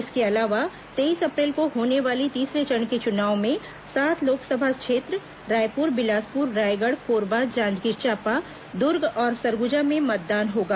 इसके अलावा तेईस अप्रैल को होने वाले तीसरे चरण के चुनाव में सात लोकसभा क्षेत्र रायपुर बिलासपुर रायगढ़ कोरबा जांजगीर चांपा दुर्ग और सरगुजा में मतदान होगा